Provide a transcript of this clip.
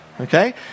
Okay